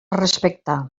respectar